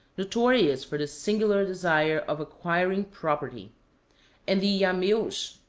notorious for the singular desire of acquiring property and the yameos,